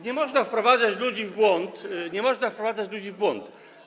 Nie można wprowadzać ludzi w błąd, nie można wprowadzać ludzi w błąd.